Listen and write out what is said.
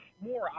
more